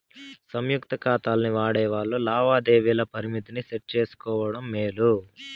సంయుక్త కాతాల్ని వాడేవాల్లు లావాదేవీల పరిమితిని సెట్ చేసుకోవడం మేలు